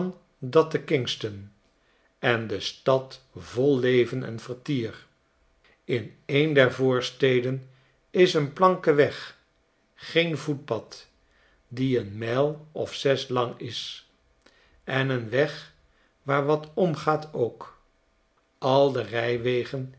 dat te kingston en de stad vol leven en vertier in een der voorsteden is een planken weg geen voetpad die een mijl of zes lang is en een weg waar wat omgaat ook al de rijwegen